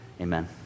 Amen